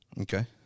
okay